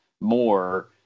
more